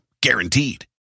guaranteed